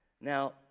Now